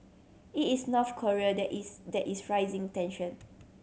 it is North Korea that is that is raising tension